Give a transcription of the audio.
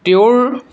তেওঁৰ